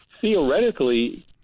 theoretically